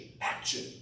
action